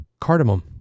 Cardamom